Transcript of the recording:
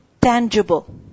tangible